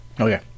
Okay